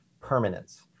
permanence